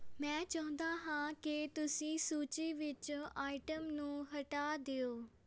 ਮੈਂ ਚਾਹੁੰਦਾ ਹਾਂ ਕਿ ਤੁਸੀਂ ਸੂਚੀ ਵਿੱਚੋਂ ਆਈਟਮ ਨੂੰ ਹਟਾ ਦਿਓ